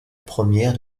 première